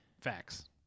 facts